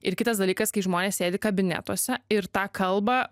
ir kitas dalykas kai žmonės sėdi kabinetuose ir tą kalbą